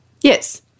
yes